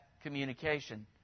communication